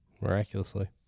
Miraculously